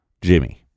Jimmy